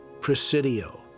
Presidio